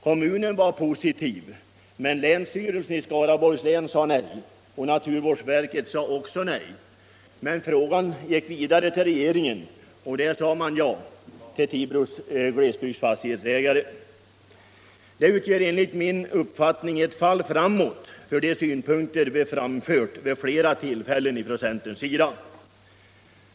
Kommunen var positiv, men länsstyrelsen i Skaraborgs län sade nej, och naturvårdsverket sade också nej. Frågan gick vidare till regeringen, och där sade man ja till Tibros glesbygdsfastighetsägare. Det betyder enligt min uppfattning ett fall framåt för de synpunkter som vi från centerns sida har framfört vid flera tilifällen.